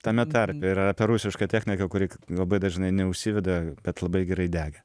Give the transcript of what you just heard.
tame tarpe yra ta rusiška technika kuri labai dažnai neužsiveda bet labai gerai dega